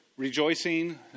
Rejoicing